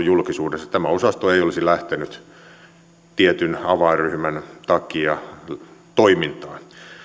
julkisuudessa tämä osasto ei olisi lähtenyt tietyn avainryhmän takia toimintaan